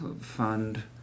fund